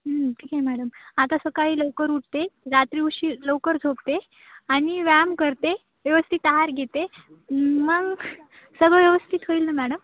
ठीक आहे मॅडम आता सकाळी लवकर उठते रात्री उशी लवकर झोपते आणि व्यायाम करते व्यवस्थित आहार घेते मग सगळं व्यवस्थित होईल ना मॅडम